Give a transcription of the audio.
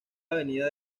avenida